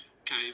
Okay